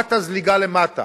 תורת הזליגה למטה